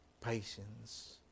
Patience